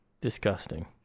disgusting